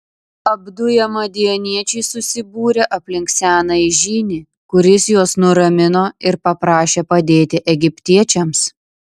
apduję madianiečiai susibūrė aplink senąjį žynį kuris juos nuramino ir paprašė padėti egiptiečiams